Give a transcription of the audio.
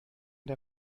der